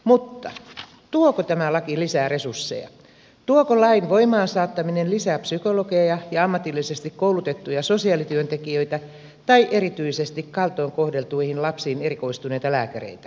mutta tuoko tämä laki lisää resursseja tuoko lain voimaan saattaminen lisää psykologeja ja ammatillisesti koulutettuja sosiaalityöntekijöitä tai erityisesti kaltoin kohdeltuihin lapsiin erikoistuneita lääkäreitä